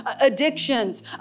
addictions